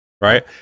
Right